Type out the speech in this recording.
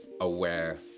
aware